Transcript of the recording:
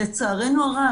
לצערנו הרב,